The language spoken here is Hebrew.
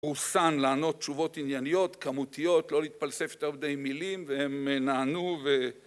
הוא סן לענות תשובות ענייניות, כמותיות, לא להתפלסף את עובדי מילים, והם נענו ו...